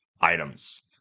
items